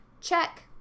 Check